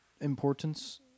importance